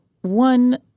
one